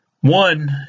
One